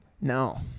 No